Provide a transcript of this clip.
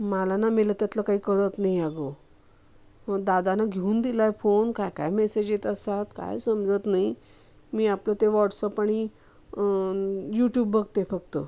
मला ना मेलं त्यातलं काही कळत नाही अगो हं दादानं घेऊन दिला आहे फोन काय काय मेसेज येत असतात काही समजत नाही मी आपलं ते व्हॉटसअप आणि यूट्यूब बघते फक्त